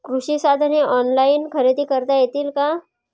कृषी साधने ऑनलाइन खरेदी करता येतील का?